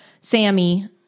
Sammy